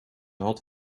had